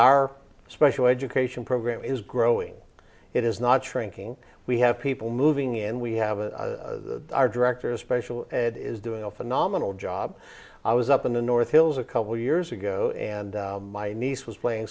our special education program is growing it is not shrinking we have people moving in we have a director of special ed is doing a phenomenal job i was up in the north hills a couple years ago and my niece was playing